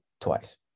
twice